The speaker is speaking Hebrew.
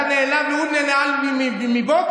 אתה נעלב, והוא נעלב מוודקה?